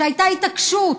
שהייתה התעקשות